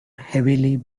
heavily